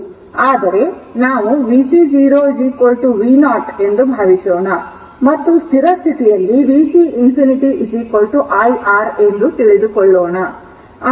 ಆದರೆ ನಾವು vc 0 v0 ಎಂದು ಭಾವಿಸೋಣ ಮತ್ತು ಸ್ಥಿರ ಸ್ಥಿತಿಯಲ್ಲಿ vc infinity I R ಎಂದು ತಿಳಿದುಕೊಳ್ಳೋಣ